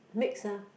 mix ah